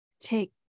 take